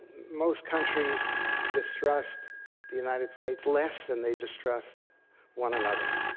most countries distrust the united states less than they distrust one another.